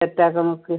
set ആക്കാൻ നോക്ക്